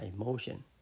emotion